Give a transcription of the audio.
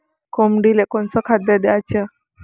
कोंबडीले कोनच खाद्य द्याच?